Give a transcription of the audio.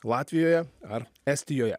latvijoje ar estijoje